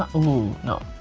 ah woo no.